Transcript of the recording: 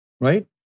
right